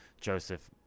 Joseph